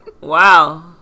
Wow